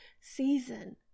season